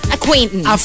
Acquaintance